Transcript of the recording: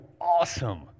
awesome